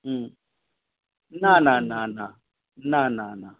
হুম না না না না না না না